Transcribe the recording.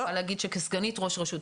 אני יכולה להגיד את זה כסגנית ראש רשות.